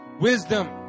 wisdom